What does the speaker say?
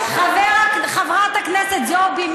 חברת הכנסת זועבי,